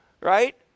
right